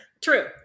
True